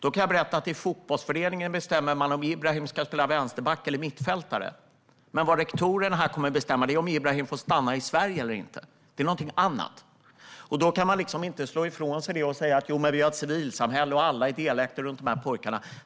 Då kan jag berätta att i fotbollsföreningen bestämmer man om Ibrahim ska spela vänsterback eller mittfältare. Men här kommer rektorerna att bestämma om Ibrahim får stanna i Sverige eller inte. Det är någonting annat. Man kan inte slå ifrån sig genom att säga att vi har ett civilsamhälle där alla är delaktiga kring dessa pojkar.